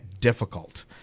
difficult